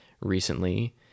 recently